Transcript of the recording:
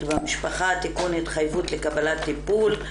במשפחה (תיקון התחייבות לקבלת טיפול),